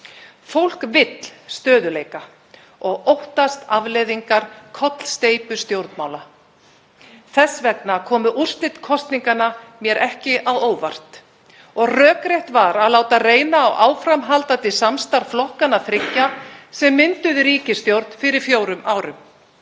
Fólk vill stöðugleika og óttast afleiðingar kollsteypustjórnmála. Þess vegna komu úrslit kosninganna mér ekki á óvart og rökrétt var að láta reyna á áframhaldandi samstarf flokkanna þriggja sem mynduðu ríkisstjórn fyrir fjórum árum.